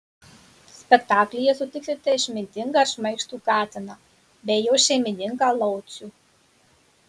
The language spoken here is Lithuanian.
spektaklyje sutiksite išmintingą ir šmaikštų katiną bei jo šeimininką laucių